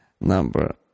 number